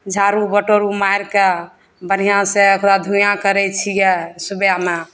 झाड़ू बहारू मारिके बढ़िआँसँ ओकरा धूइयाँ करय छियै सुबहमे